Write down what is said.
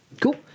Cool